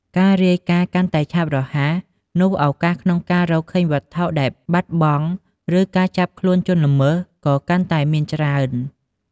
ការរាយការណ៍កាន់តែឆាប់រហ័ស នោះឱកាសក្នុងការរកឃើញវត្ថុដែលបាត់បង់ ឬការចាប់ខ្លួនជនល្មើស ក៏កាន់តែមានច្រើន។